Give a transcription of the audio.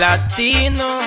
Latino